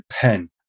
pen